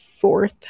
Fourth